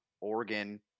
Oregon